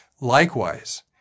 Likewise